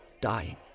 dying